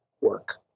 work